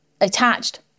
attached